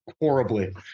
horribly